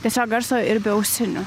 tiesiog garso ir be ausinių